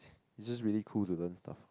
it's just really cool to learn stuff